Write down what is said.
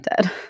dead